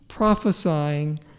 Prophesying